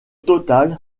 total